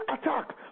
attack